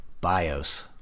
bios